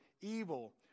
evil